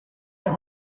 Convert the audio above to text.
der